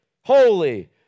holy